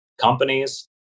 companies